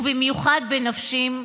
ובמיוחד בנשים,